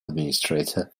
administrator